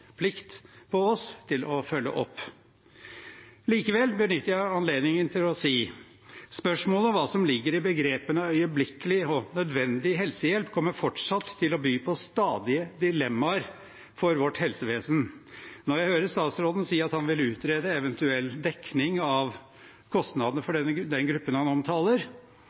på oss til å følge opp. Likevel benytter jeg anledningen til å si: Spørsmålet om hva som ligger i begrepene øyeblikkelig og nødvendig helsehjelp, kommer fortsatt til å by på stadige dilemmaer for vårt helsevesen. Når jeg hører statsråden si at han vil utrede eventuell dekning av kostnadene for den gruppen han omtaler,